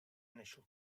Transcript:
initial